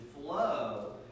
flow